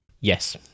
Yes